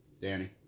Danny